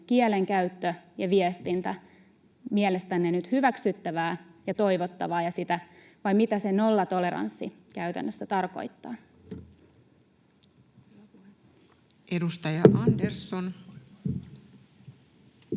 kielenkäyttö ja viestintä mielestänne nyt hyväksyttävää ja toivottavaa, vai mitä se nollatoleranssi käytännössä tarkoittaa? [Speech